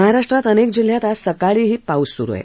महाराष्ट्रात अनेक जिल्ह्यात आज सकाळीही पाऊस सुरु आहे